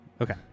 Okay